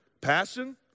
Passion